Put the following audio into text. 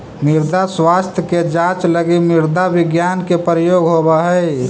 मृदा स्वास्थ्य के जांच लगी मृदा विज्ञान के प्रयोग होवऽ हइ